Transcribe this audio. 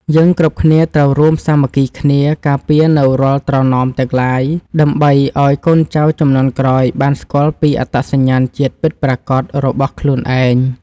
យើងគ្រប់គ្នាត្រូវរួមសាមគ្គីគ្នាការពារនូវរាល់ត្រណមទាំងឡាយ ដើម្បី ឱ្យកូនចៅជំនាន់ក្រោយបានស្គាល់ពីអត្តសញ្ញាណពិតប្រាកដរបស់ខ្លួនឯង។